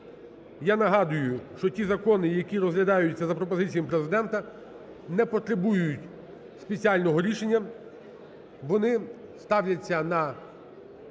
Я нагадую, що ті закони, які розглядаються за пропозиціями Президента, не потребують спеціального рішення, вони ставляться на